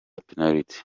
penaliti